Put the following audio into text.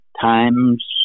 times